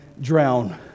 drown